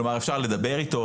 כלומר אפשר לדבר אתו,